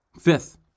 Fifth